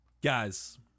guys